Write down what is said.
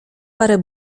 parę